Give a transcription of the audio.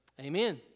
Amen